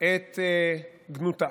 את גנותה.